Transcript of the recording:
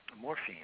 morphine